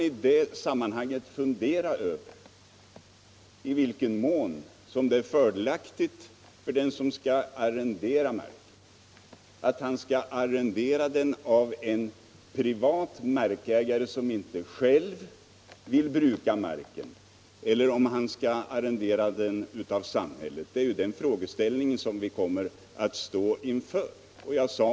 I det sammanhanget kan man fundera över i vilken mån det är fördelaktigt för den som skall arrendera mark att arrendera av en privat markägare som inte själv vill bruka marken, eller om det vore fördelaktigare att arrendera marken av samhället. Det är den frågeställningen vi kommer att stå inför.